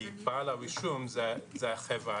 כי בעל הרישום זה חברה,